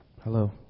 Hello